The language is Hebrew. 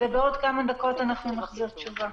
ובעוד כמה דקות נחזיר תשובה.